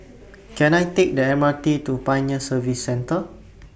Can I Take The M R T to Pioneer Service Centre